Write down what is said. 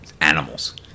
animals